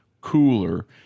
cooler